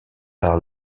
par